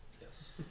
Yes